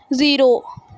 zero